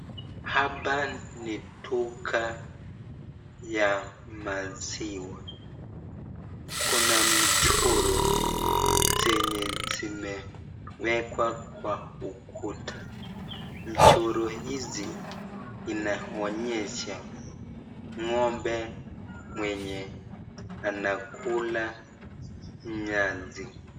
Hapa ni duka ya maziwa. Kuna michoro zenye zimewekwa kwa ukuta. Michoro hizi inaonyesha ng'ombe mwenye anakula nyasi.